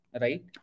Right